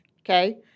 Okay